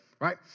Right